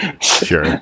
Sure